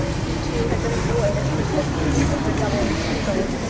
he too had been annoyed at the persistency of her double refusal.